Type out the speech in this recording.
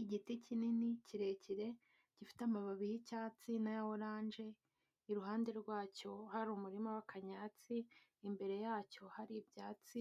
Igiti kinini kirekire gifite amababi y'icyatsi n'aya oranje, iruhande rwacyo hari umurima w'akanyatsi, imbere yacyo hari ibyatsi